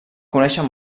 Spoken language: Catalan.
conèixer